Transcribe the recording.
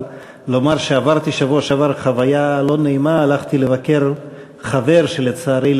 אבל לומר שעברתי בשבוע שעבר חוויה לא נעימה: הלכתי לבקר חבר שלצערי,